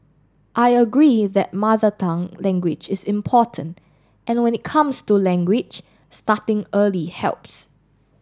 I agree that Mother Tongue language is important and when it comes to language starting early helps